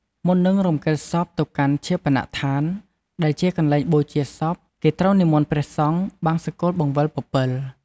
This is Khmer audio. មុននឹងរំកិលសពទៅកាន់ឈាបនដ្ឋាន ដែលជាកន្លែងបូជាសព គេត្រូវនិមន្តព្រះសង្ឃ បង្សកូលបង្វិលពពិល។